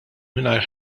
mingħajr